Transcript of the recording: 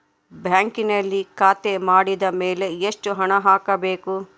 ಬ್ಯಾಂಕಿನಲ್ಲಿ ಖಾತೆ ಮಾಡಿದ ಮೇಲೆ ಎಷ್ಟು ಹಣ ಹಾಕಬೇಕು?